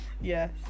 Yes